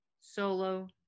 solo